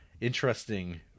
interesting